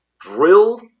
drilled